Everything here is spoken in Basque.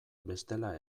bestela